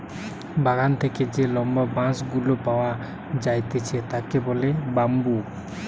বাগান থেকে যে লম্বা বাঁশ গুলা পাওয়া যাইতেছে তাকে বলে বাম্বু